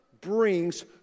brings